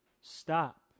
Stop